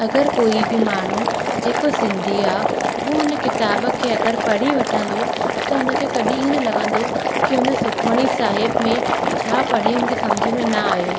अगरि कोई बि माण्हू जेको सिंधी आहे उहो उन किताब खे अगरि पढ़ी वठंदो त उन खे कॾहिं ईअं न लॻंदो कि उन सुखमणी साहिब में छा पढ़े मूंखे सम्झ में न आहियो